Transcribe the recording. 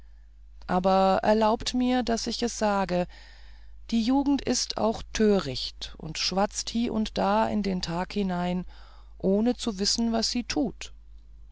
aber erlaubet mir daß ich es sage die jugend ist auch töricht und schwatzt hie und da in den tag hinein ohne zu wissen was sie tut